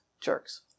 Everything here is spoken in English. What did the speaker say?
jerks